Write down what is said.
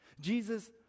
Jesus